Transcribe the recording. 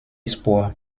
spur